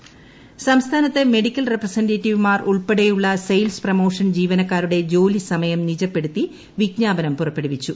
ജോലി സമയം സംസ്ഥാനത്ത് മെഡിക്കൽ റെപ്രസന്റേറ്റീവ്മാർ ഉൾപ്പെടെയുള്ള സെയിൽസ് പ്രൊമോഷൻ ജീവനക്കാരുടെ ജോലി സമയം നിജപ്പെടുത്തി വിജ്ഞാപനം പുറപ്പെടുവിച്ചു